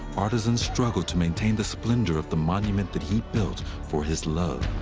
artisans struggled to maintain the splendor of the monument that he built for his love.